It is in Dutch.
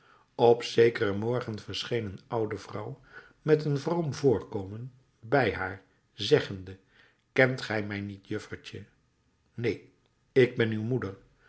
op zekeren morgen verscheen een oude vrouw met een vroom voorkomen bij haar zeggende kent gij mij niet juffertje neen ik ben uw moeder